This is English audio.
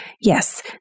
yes